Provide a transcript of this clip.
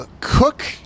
cook